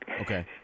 Okay